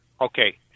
okay